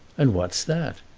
and what's that?